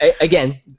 Again